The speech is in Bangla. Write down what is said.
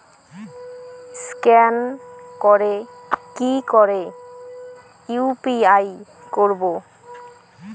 স্ক্যান করে কি করে ইউ.পি.আই করবো?